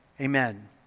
amen